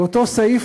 באותו סעיף,